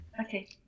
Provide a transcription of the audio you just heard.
Okay